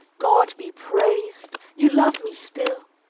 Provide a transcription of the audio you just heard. god be praised! you love me still.